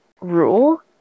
rule